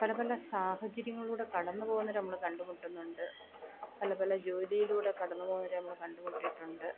പല പല സാഹചര്യങ്ങളിലൂടെ കടന്ന് പോകുന്നവരെ നമ്മൾ കണ്ടുമുട്ടുന്നുണ്ട് പലപല ജോലിയിലൂടെ കടന്ന് പോകുന്നവരെ നമ്മൾ കണ്ടുമുട്ടിയിട്ടുണ്ട്